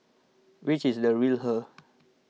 which is the real her